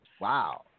Wow